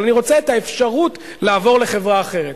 אבל אני רוצה את האפשרות לעבור לחברה אחרת.